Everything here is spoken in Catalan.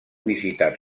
visitat